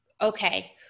Okay